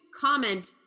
comment